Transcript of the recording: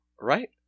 Right